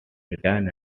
written